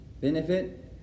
Benefit